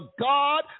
God